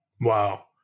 Wow